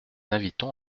invitons